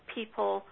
people